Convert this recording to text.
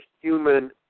human